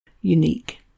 unique